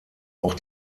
auch